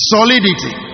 Solidity